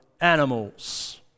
animals